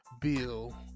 bill